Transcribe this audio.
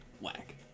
Whack